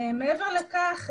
מעבר לכך,